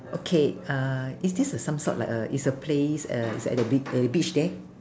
okay uh is this uh some sort like uh is a place uh it's at the be~ at the beach there